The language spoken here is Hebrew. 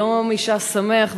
יום אישה שמח,